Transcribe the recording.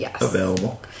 available